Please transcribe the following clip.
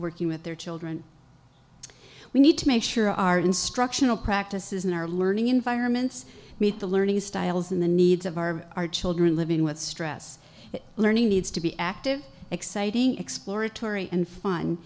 working with their children we need to make sure our instructional practices in our learning environments meet the learning styles and the needs of our children living with stress learning needs to be active exciting exploratory and fun